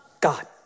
God